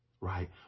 Right